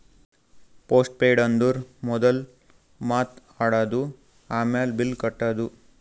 post paid ಅಂದುರ್ ಮೊದುಲ್ ಮಾತ್ ಆಡದು, ಆಮ್ಯಾಲ್ ಬಿಲ್ ಕಟ್ಟದು